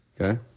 Okay